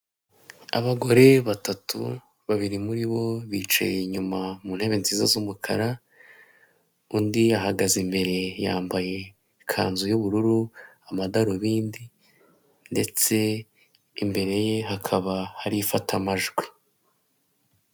Abagore batatu, babiri muri bo bicaye inyuma mu ntebe nziza z'umukara, undi ahagaze imbere yambaye ikanzu y'ubururu, amadarubindi, ndetse imbere ye hakaba hari ifatamajwi.